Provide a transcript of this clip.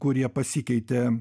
kurie pasikeitė